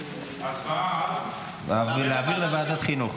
ההצעה להעביר את הנושא לוועדת החינוך,